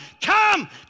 come